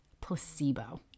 placebo